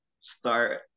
start